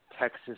Texas